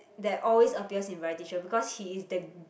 that always appears in variety show because he is the g~